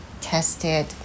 tested